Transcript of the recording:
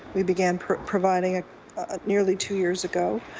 we began providing ah ah nearly two years ago.